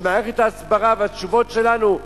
שמערכת ההסברה והתשובות שלנו,